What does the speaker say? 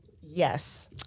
Yes